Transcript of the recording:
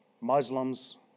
Muslims